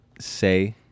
say